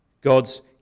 God's